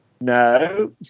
no